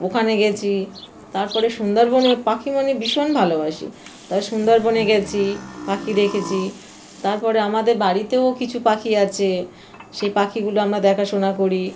ওখানে গেছি তারপরে সুন্দরবনে পাখি মানে ভীষণ ভালোবাসি তার সুন্দরবনে গেছি পাখি দেখেছি তারপরে আমাদের বাড়িতেও কিছু পাখি আছে সেই পাখিগুলো আমরা দেখাশোনা করি